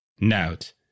Note